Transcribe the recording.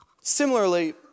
Similarly